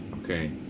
Okay